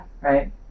right